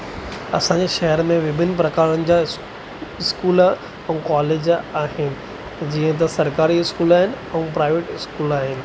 असांजे शहर में विभिन प्रकारनि जा स्कूल ऐं कॉलेज आहिनि जीअं त सरकारी स्कूल आहिनि ऐं प्राइवेट स्कूल आहिनि